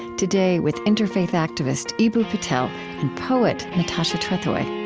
today, with interfaith activist eboo patel and poet natasha trethewey